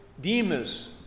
Demas